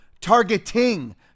targeting